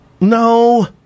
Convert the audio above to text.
No